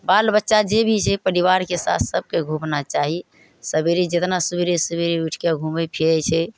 बाल बच्चा जे भी छै परिवारके साथ सबके घुमना चाही सबेरे जितना सवेरे सवेरे उठिके घुमय फिरय छै